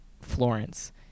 Florence